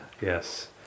Yes